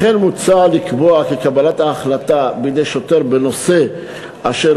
לכן מוצע לקבוע כי קבלת החלטה בידי שוטר בנושא אשר